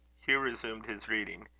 hugh resumed his reading.